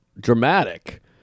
dramatic